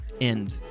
end